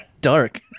Dark